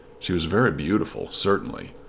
she was very beautiful certainly.